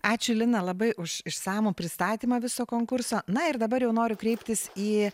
ačiū lina labai už išsamų pristatymą viso konkurso na ir dabar jau noriu kreiptis į